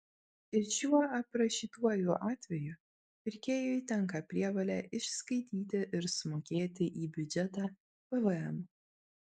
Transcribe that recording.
ir šiuo aprašytuoju atveju pirkėjui tenka prievolė išskaityti ir sumokėti į biudžetą pvm